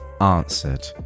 answered